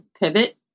Pivot